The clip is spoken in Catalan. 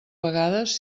vegades